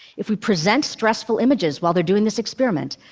if we present stressful images while they're doing this experiment,